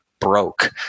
broke